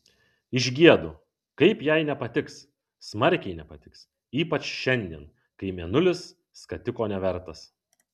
išgiedu kaip jai nepatiks smarkiai nepatiks ypač šiandien kai mėnulis skatiko nevertas